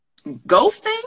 ghosting